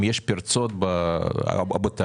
אם יש פרצות בתהליך,